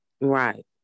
Right